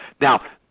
Now